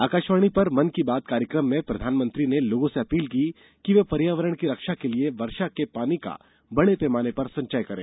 आकाशवाणी पर मन की बात कार्यक्रम में प्रधानमंत्री ने लोगों से अपील की कि वे पर्यावरण की रक्षा के लिए वर्षा के पानी का बडे पैमाने पर संचय करें